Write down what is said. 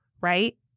right